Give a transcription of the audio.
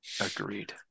Agreed